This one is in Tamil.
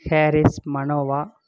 ஹேரிஸ்மனோவா